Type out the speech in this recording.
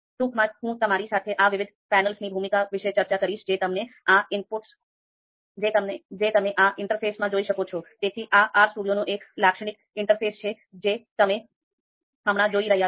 ટૂંકમાં હું તમારી સાથે આ વિવિધ પેનલ્સની ભૂમિકા વિશે ચર્ચા કરીશ જે તમે આ ઇન્ટરફેસમાં જોઈ શકો છો